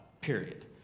period